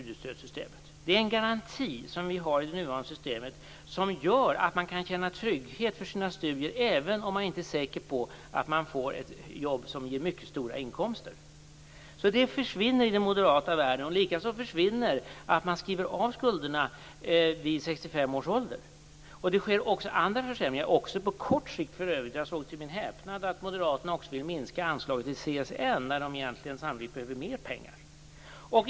Det är en garanti som vi har i det nuvarande systemet, som gör att man kan känna trygghet för sina studier även om man inte är säker på att man får ett jobb som ger mycket stora inkomster. Det försvinner i den moderata världen. Likaså försvinner systemet med att skulderna skrivs av vid 65 Det sker också andra försämringar, för övrigt också på kort sikt. Jag såg till min häpnad att moderaterna vill minska anslaget till CSN, som egentligen sannolikt behöver mer pengar.